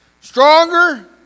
Stronger